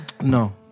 No